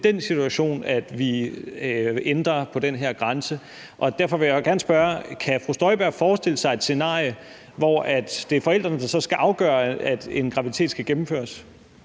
måtte være tilfældet, at vi ændrer på den her grænse, og derfor vil jeg gerne spørge: Kan fru Inger Støjberg forestille sig et scenarie, hvor det er forældrene, der så skal afgøre, om en graviditet skal gennemføres?